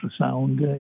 ultrasound